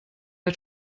der